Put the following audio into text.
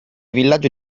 villaggio